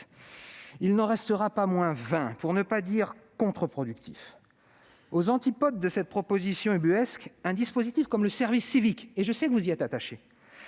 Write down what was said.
Il n'en restera pas moins vain, pour ne pas dire contre-productif. Aux antipodes de cette proposition ubuesque, un dispositif comme le service civique- vous y êtes attachés,